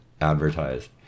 advertised